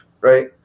right